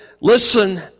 listen